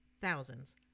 thousands